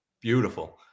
Beautiful